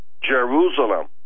Jerusalem